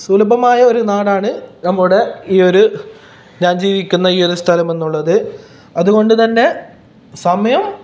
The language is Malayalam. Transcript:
സുലഭമായ ഒരു നാടാണ് നമ്മുടെ ഈ ഒരു ഞാൻ ജീവിക്കുന്ന ഈ ഒരു സ്ഥലം എന്നുള്ളത് അതുകൊണ്ട് തന്നെ സമയം